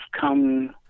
come